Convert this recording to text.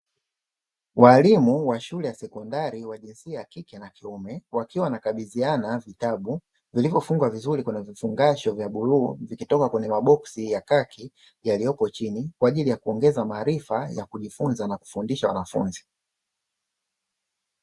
Walimu wa shule ya sekondari wa jinsia ya kike na kiume, wakiwa wanakabidhiana vitabu vilivyofungwa vizuri kwenye vifungasho vya bluu, vikitoka kwenye maboksi ya khaki yaliyopo chini, kwajili ya kuongeza maarifa ya kujifunza na kufundisha wanafunzi.